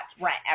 Rent